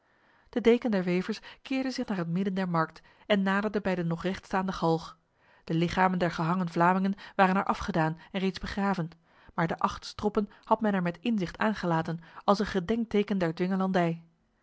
de deken der wevers keerde zich naar het midden der markt en naderde bij de nog rechtstaande galg de lichamen der gehangen vlamingen waren er afgedaan en reeds begraven maar de acht stroppen had men er met inzicht aangelaten als een gedenkteken der